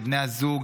לבני הזוג,